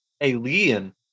alien